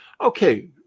Okay